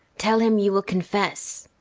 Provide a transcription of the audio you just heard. tell him you will confess.